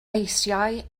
eisiau